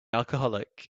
alcoholic